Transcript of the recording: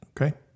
Okay